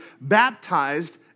baptized